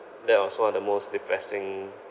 that was one of the most depressing